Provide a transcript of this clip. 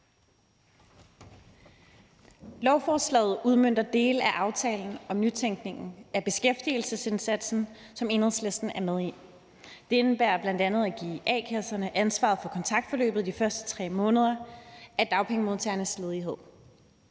Lovforslaget udmønter dele af aftalen om nytænkningen af beskæftigelsesindsatsen, som Enhedslisten er med i. Det indebærer bl.a. at give a-kasserne ansvaret for kontaktforløbet i de første 3 måneder af dagpengemodtagernes ledighed.